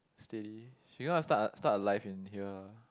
steady she want to start a start a life in here